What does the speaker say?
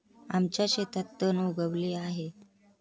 आमच्या शेतात तण उगवले आहे